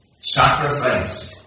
Sacrifice